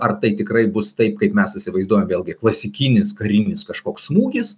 ar tai tikrai bus taip kaip mes įsivaizduojam vėlgi klasikinis karinis kažkoks smūgis